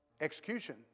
execution